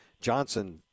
Johnson